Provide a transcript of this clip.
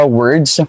words